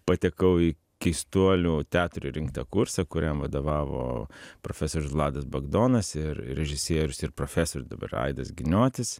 patekau į keistuolių teatrui rinktą kursą kuriam vadovavo profesorius vladas bagdonas ir režisierius ir profesorius dabar aidas giniotis